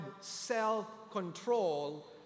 self-control